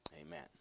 amen